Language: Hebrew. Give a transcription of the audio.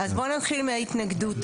אז בוא נתחיל מההתנגדות,